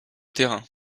terrain